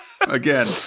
Again